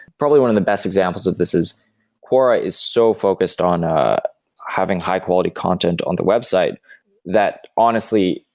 probably one of the best examples of this is quora is so focused on ah having high quality content on the website that, honestly,